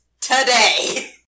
today